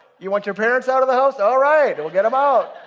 you want your parents out of the house? all right, we'll get them out.